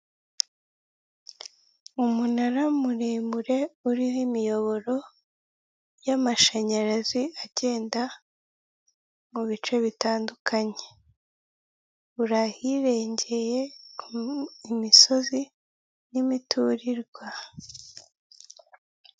Umunara muremure uriho imiyoboro y'amashanyarazi agenda mu bice bitandukanye uri ahirengeye imisozi n'imiturirwa.